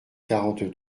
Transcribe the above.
quarante